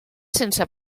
sense